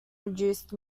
reduced